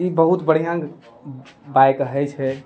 ई बहुत बढ़िऑं बाइक होइ छै